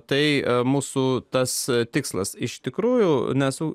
tai mūsų tas tikslas iš tikrųjų nesu